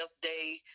day